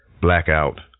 Blackout